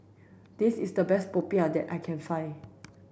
this is the best popiah that I can find